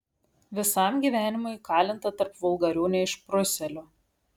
visam gyvenimui įkalinta tarp vulgarių neišprusėlių